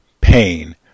pain